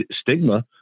stigma